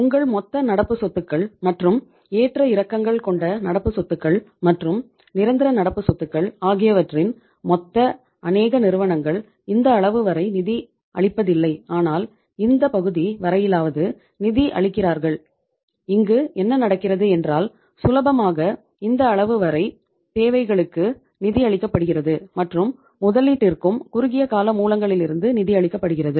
உங்கள் மொத்த நடப்பு சொத்துக்கள் மற்றும் ஏற்ற இறக்கங்கள் கொண்ட நடப்பு சொத்துக்கள் மற்றும் நிரந்தர நடப்பு சொத்துக்கள் ஆகியவற்றின் மொத்த அனேக நிறுவனங்கள் இந்த அளவு வரை நிதி அளிப்பதில்லை ஆனால் இந்தப் பகுதி வரையிலாவது நிதி அளிக்கிறார்கள் இங்கு என்ன நடக்கிறது என்றால் சுலபமாக இந்த அளவு வரை தேவைகளுக்கு நிதி அளிக்கப்படுகிறது மற்றும் முதலீட்டிற்கும் குறுகிய கால மூலங்களிலிருந்து நிதி அளிக்கப்படுகிறது